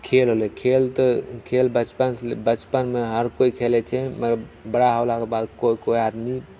खेल होलै खेल तऽ खेल बचपन से बचपनमे हर केओ खेलैत छै मगर बड़ा होलाके बाद केओ केओ आदमी